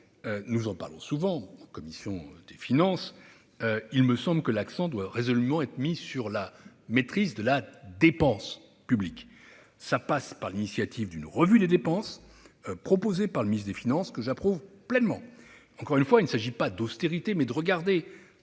Nous en parlons souvent en commission des finances : il me semble que l'accent doit être résolument mis sur la maîtrise de la dépense. Cela passe par l'initiative d'une revue des dépenses, proposée par le ministre des finances, que j'approuve pleinement. Encore une fois, il s'agit non pas d'austérité, mais de regarder,